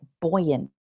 buoyant